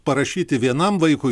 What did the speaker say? parašyti vienam vaikui